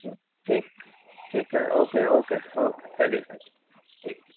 ٹھیک ٹھیک ٹھیک ہے اوکے اوکے اوکے چلیے سر ٹھیک